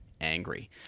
angry